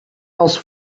else